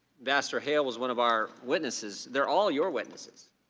lassiter hale is one of our witnesses. they are all your witnesses.